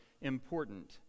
important